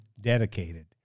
dedicated